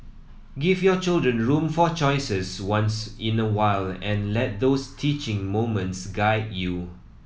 give your children room for choices once in a while and let those teaching moments guide you